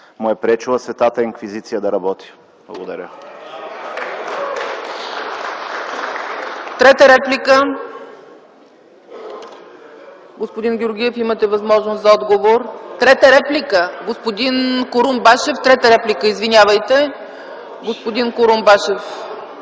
му е пречила Светата инквизиция да работи. Благодаря.